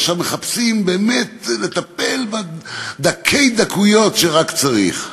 עכשיו מחפשים באמת לטפל בדקי דקויות שרק צריך.